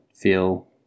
feel